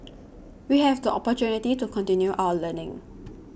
we have the opportunity to continue our learning